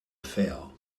fail